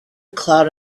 cloud